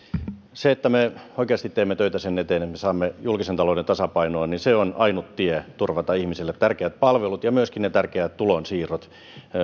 se että me oikeasti teemme töitä sen eteen että me saamme julkisen talouden tasapainoon on ainut tie turvata ihmisille tärkeät palvelut ja myöskin ne tärkeät tulonsiirrot